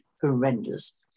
horrendous